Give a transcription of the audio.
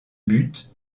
buts